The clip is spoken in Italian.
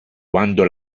quando